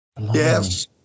Yes